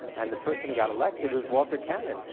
and the person who got elected was walter cannon,